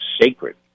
sacred